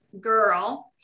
girl